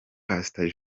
pastor